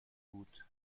بود